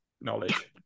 knowledge